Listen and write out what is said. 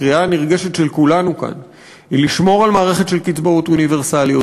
הקריאה הנרגשת של כולנו כאן היא לשמור על מערכת של קצבאות אוניברסליות.